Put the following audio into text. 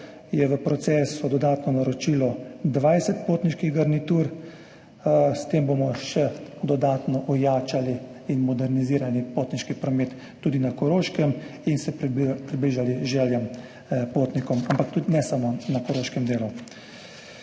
je v procesu dodatno naročilo 20 potniških garnitur. S tem bomo še dodatno ojačali in modernizirali potniški promet, tudi na Koroškem, in se približali željam potnikov. Ampak ne samo na koroškem delu.